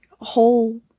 whole